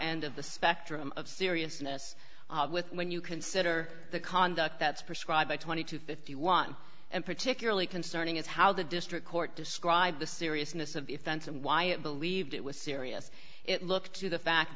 end of the spectrum of seriousness with when you consider the conduct that's prescribed by twenty to fifty one and particularly concerning is how the district court described the seriousness of the offense and why it believed it was serious it looked to the fact